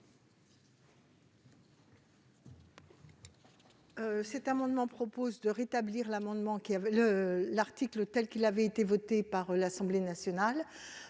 Cet amendement a pour objet de rétablir l'article 4 tel qu'il avait été voté par l'Assemblée nationale.